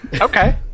Okay